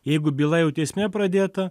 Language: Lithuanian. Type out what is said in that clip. jeigu byla jau teisme pradėta